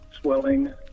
swelling